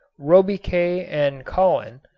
robiquet and colin,